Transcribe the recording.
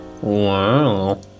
Wow